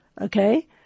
okay